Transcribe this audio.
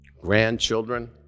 grandchildren